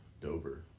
Dover